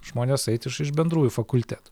žmonės eit iš iš bendrųjų fakultetų